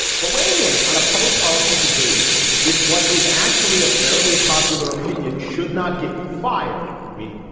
but weighing in on a public policy debate with what is actually a fairly popular opinion should not get you fired. i mean,